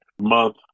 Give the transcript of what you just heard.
month